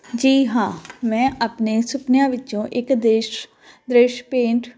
ਜੀ ਹਾਂ ਮੈਂ ਆਪਣੇ ਸੁਪਨਿਆਂ ਵਿੱਚੋਂ ਇੱਕ ਦੇਸ਼ ਦ੍ਰਿਸ਼ ਪੇਂਟ